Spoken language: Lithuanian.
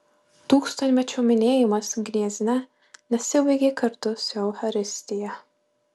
tūkstantmečio minėjimas gniezne nesibaigė kartu su eucharistija